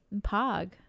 Pog